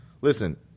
Listen